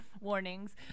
warnings